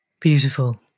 Beautiful